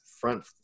front